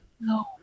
no